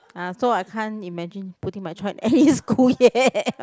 ah so I can't imagine putting my child in any school yet